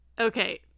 Okay